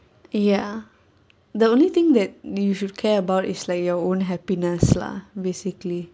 ya the only thing that you should care about is like your own happiness lah basically